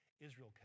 Israel